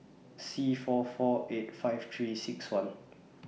Sea four four eight five three six one